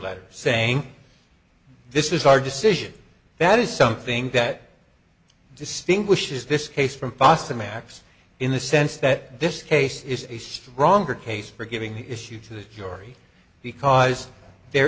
by saying this is our decision that is something that distinguishes this case from fosamax in the sense that this case is a stronger case for giving the issue to the jury because there